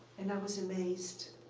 and i was amazed.